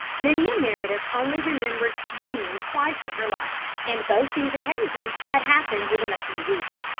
lydia meredith only remembered swooning twice in her life, and both these occasions had happened within a few weeks.